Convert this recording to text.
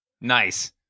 Nice